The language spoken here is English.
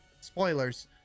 spoilers